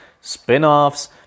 spin-offs